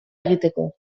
egiteko